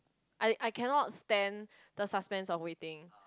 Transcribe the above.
I I cannot stand the suspense of waiting